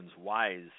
wise